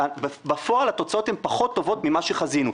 בפועל התוצאות הן פחות טובות ממה שחזינו.